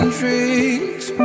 dreams